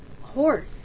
Horse